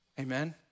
Amen